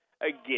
Again